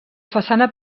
façana